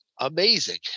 amazing